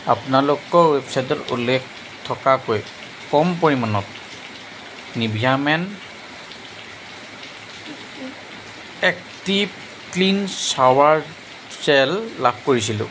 আপোনালোকৰ ৱেবছাইটত উল্লেখ থকাকৈ কম পৰিমাণত Nivea men active clean shower gel লাভ কৰিছিলোঁ